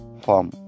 farm